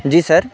جی سر